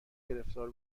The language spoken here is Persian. گرفتار